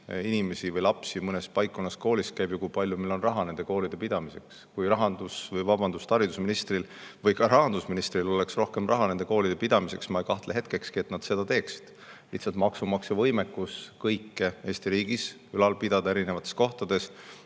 inimesi, kui palju lapsi mõnes paikkonnas koolis käib ja kui palju meil on raha nende koolide pidamiseks. Kui haridusministril või ka rahandusministril oleks rohkem raha nende koolide pidamiseks, ma ei kahtle hetkekski, et nad seda teeksid. Lihtsalt maksumaksja võimekus kõike Eesti riigis ülal pidada erinevates kohtades